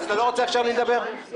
אז אתה לא רוצה שאני אדבר עכשיו?